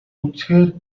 үзэхээр